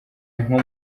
nko